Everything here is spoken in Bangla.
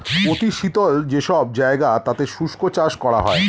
অতি শীতল যে সব জায়গা তাতে শুষ্ক চাষ করা হয়